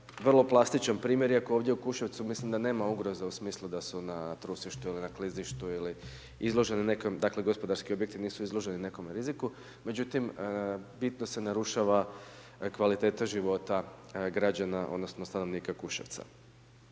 vrlo plastičan primjer iako ovdje u Kuševcu mislim da nema ugroza u smislu da su na trusištu ili na klizištu ili izloženi nekim, dakle gospodarski objekti nisu izloženi nekome riziku. Međutim, bitno se narušava kvaliteta života građana odnosno stanovnika Kuševca.